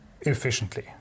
Efficiently